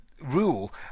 rule